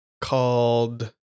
called